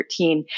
2013